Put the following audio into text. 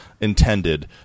intended